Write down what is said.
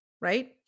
right